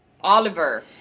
Oliver